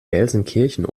gelsenkirchen